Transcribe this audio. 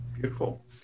beautiful